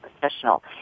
professional